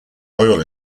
oil